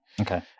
Okay